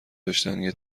داشتنیه